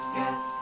yes